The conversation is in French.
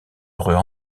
heureux